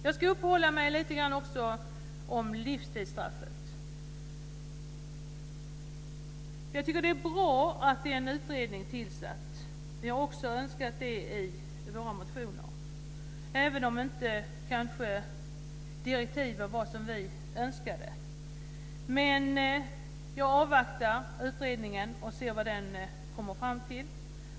Jag ska också uppehålla mig lite grann vid frågan om livstidsstraffet. Jag tycker att det är bra att en utredning har tillsatts - det har vi också önskat i våra motioner - även om direktiven kanske inte var som vi önskade. Men jag avvaktar vad utredningen kommer fram till.